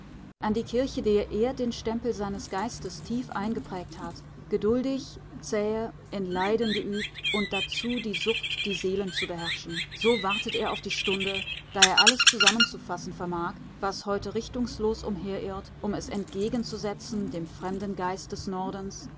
an die kirche der er den stempel seines geistes tief eingeprägt hat geduldig zähe in leiden geübt und dazu die sucht die seelen zu beherrschen so wartet er auf die stunde da er alles zusammenzufassen vermag was heute richtungslos umherirrt um es entgegenzusetzen dem fremden geist des nordens